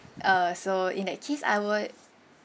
uh so in that case I would